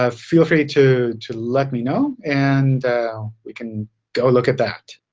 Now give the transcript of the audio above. ah feel free to to let me know and we can go look at that.